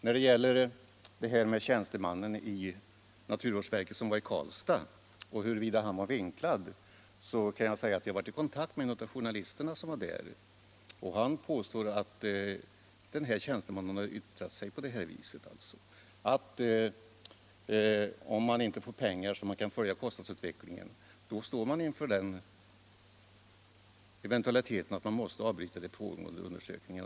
När det gäller detta med tjänstemannen i naturvårdsverket som var i Karlstad och huruvida han blev vinklad, så har jag varit i kontakt med en av journalisterna som var där och han påstår att tjänstemannen yttrat sig på det här viset, att om man inte får pengar för att följa upp kostnadsutvecklingen står man inför eventualiteten att behöva avbryta de pågående undersökningarna.